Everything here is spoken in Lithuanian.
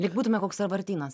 lyg būtume koks sąvartynas